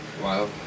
Wow